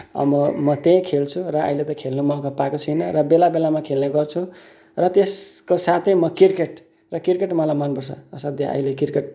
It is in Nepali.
अब म त्यही खेल्छु र अहिले त खेल्ने मौका पाएको छुइन र बेला बेलामा खेल्ने गर्छु र त्यसको साथै म क्रिकेट र क्रिकेट मलाई मनपर्छ असाध्यै अहिले क्रिकेट